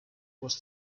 was